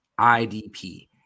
IDP